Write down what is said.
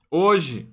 hoje